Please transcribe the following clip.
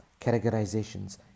categorizations